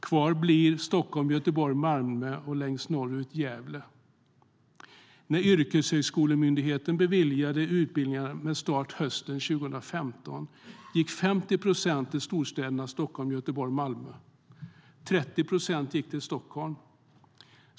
Kvar blir Stockholm, Göteborg, Malmö och längst norrut Gävle.När Myndigheten för yrkeshögskolan beviljade utbildningar med start hösten 2015 gick 50 procent till storstäderna Stockholm, Göteborg och Malmö. 30 procent gick till Stockholm.